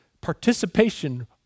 participation